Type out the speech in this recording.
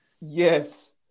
Yes